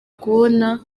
kubona